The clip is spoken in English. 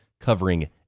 covering